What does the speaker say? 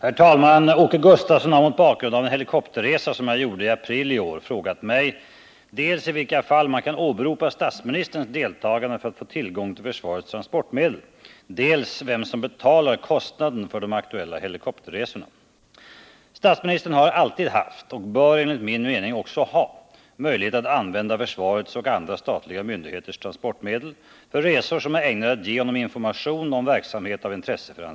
Enligt tidningsuppgifter har statsministern tillsammans med utrikesministern i samband med en fjällresa utnyttjat arméns helikoptrar. Detta skedde tillsammans med en hovmarskalk, som samtidigt är ordförande i Svenska turistföreningen. På arméns helikopterskola blev man, enligt samma uppgifter, genom överbefälhavaren av hovmarskalken beordrad att utföra uppdraget.